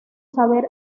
saber